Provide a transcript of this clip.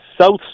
south